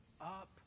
up